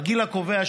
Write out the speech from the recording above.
בגיל הקובע,